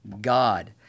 God